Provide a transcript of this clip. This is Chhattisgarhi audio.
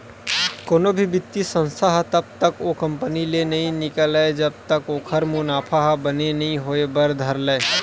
कोनो भी बित्तीय संस्था ह तब तक ओ कंपनी ले नइ निकलय जब तक ओखर मुनाफा ह बने नइ होय बर धर लय